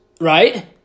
Right